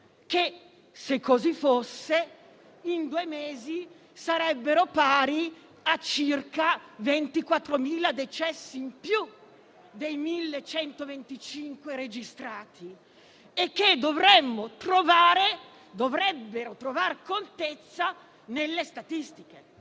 se così fosse, in due mesi sarebbero pari a circa 24.000 decessi in più, rispetto ai 1.125 registrati, e dovrebbero trovare contezza nelle statistiche.